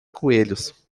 coelhos